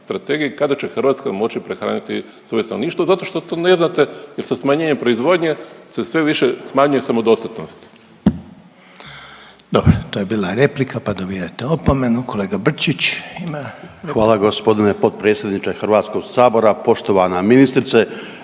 strategiji kada će Hrvatska moći prehraniti svoje stanovništvo, zato što to ne znate jer sa smanjenjem proizvodnje se sve više smanjuje samodostatnost. **Reiner, Željko (HDZ)** Dobro, to je bila replika pa dobivate opomenu. Kolega Brčić ima. **Brčić, Luka (HDZ)** Hvala gospodine potpredsjedniče Hrvatskog sabora. Poštovana ministrice